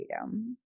freedom